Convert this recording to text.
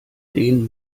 den